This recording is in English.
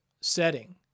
setting